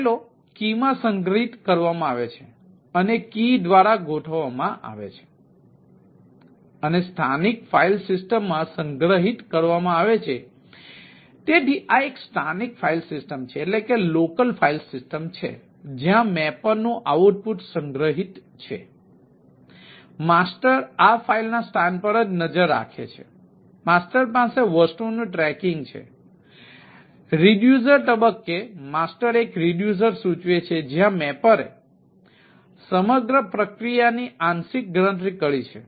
ફાઇલો કી તબક્કે માસ્ટર એક રિડ્યુસર સૂચવે છે જ્યાં મેપરે સમગ્ર પ્રક્રિયાની આંશિક ગણતરી કરી છે